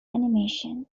animation